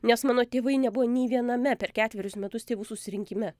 nes mano tėvai nebuvo nei viename per ketverius metus tėvų susirinkime